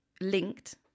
linked